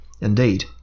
Indeed